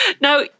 Now